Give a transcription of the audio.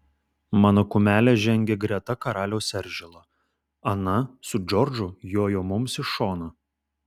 mano kumelė žengė greta karaliaus eržilo ana su džordžu jojo mums iš šono